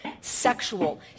sexual